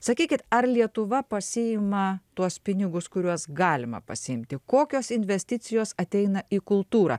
sakykit ar lietuva pasiima tuos pinigus kuriuos galima pasiimti kokios investicijos ateina į kultūrą